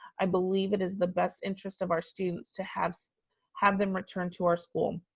i believe it is the best interest of our students to have so have them return to our school.